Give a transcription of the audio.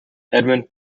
edmund